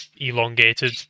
elongated